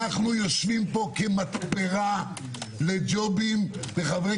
אנחנו יושבים פה כמתפרה לג'ובים לחברי